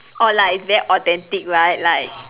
orh like it's very authentic right like